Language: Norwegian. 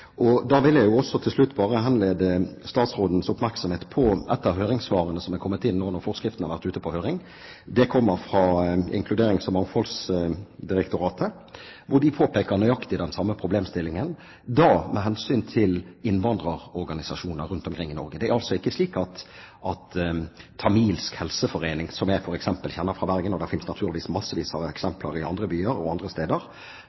Da vil jeg også til slutt bare henlede statsrådens oppmerksomhet på høringssvarene fra Integrerings- og mangfoldsdirektoratet etter at forskriften nå har vært ute på høring, hvor de påpeker nøyaktig den samme problemstillingen, da med henblikk på innvandrerorganisasjoner rundt omkring i Norge. Det er altså ikke slik at Tamilsk helseforening, som jeg f.eks. kjenner fra Bergen, er en del av en landsomfattende stor nasjonal organisasjon. Det er altså ikke tilfellet. Det finnes naturligvis massevis av eksempler i andre byer og andre steder.